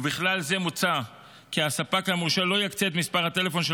ובכלל זה מוצע כי הספק המורשה לא יקצה את מספר הטלפון של